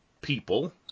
people